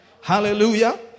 Hallelujah